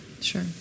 Sure